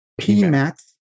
Pmax